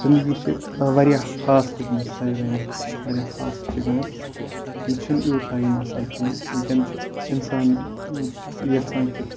زِندگی چھِ واریاہ فاسٹ گٔمٕژ ساروِنَے واریاہ فاسٹ چھِ گٔمٕژ نہٕ چھِنہٕ یوٗت ٹایِم آسان کینٛہہ وٕنۍکٮ۪ن چھُ اِنسان یَژھان کہِ